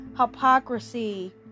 Hypocrisy